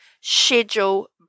schedule